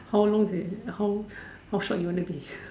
how long is it how how short you want it to be